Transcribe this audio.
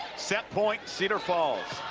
set point cedar falls.